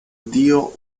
dio